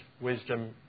wisdom